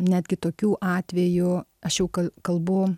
netgi tokių atvejų aš jau kalbu